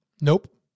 Nope